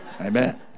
Amen